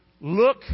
look